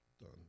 Done